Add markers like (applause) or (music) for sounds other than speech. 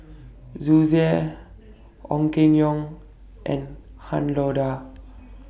(unintelligible) Ong Keng Yong and Han Lao DA